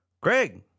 Greg